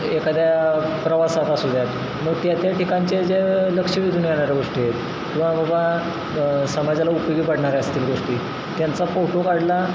एखाद्या प्रवासात असू द्यात मग त्या त्या ठिकाणचे जे लक्ष वेधून घेणाऱ्या गोष्टी आहेत किंवा बाबा समाजाला उपयोगी पडणाऱ्या असतील गोष्टी त्यांचा फोटो काढला